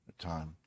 time